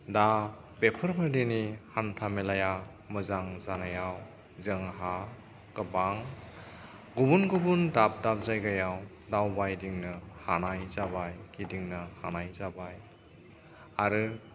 दा बेफोरबायदिनि हान्थामेलाया मोजां जानायाव जोंहा गोबां गुबुन गुबुन दाब दाब जायगायाव दावबायदिंनो हानाय जाबाय गिदिंनो हानाय जाबाय आरो